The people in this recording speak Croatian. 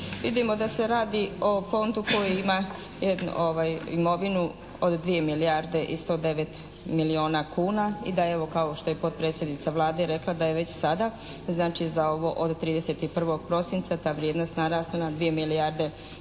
Vidimo da se radi o fondu koji ima jednu imovinu od 2 milijarde i 109 milijuna kuna i da, evo, kao što je potpredsjednica Vlade rekla, da je već sada, znači za ovo od 31. prosinca ta vrijednost narasla na 2 milijarde i 163 milijuna